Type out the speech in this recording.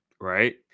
Right